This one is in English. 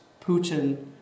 Putin